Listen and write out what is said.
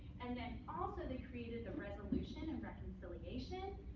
and then also, they created the resolution and reconciliation.